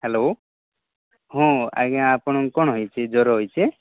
hello ହଁ ଆଜ୍ଞା ଆପଣଙ୍କ କ'ଣ ହେଇଛି ଜ୍ଵର ହେଇଛି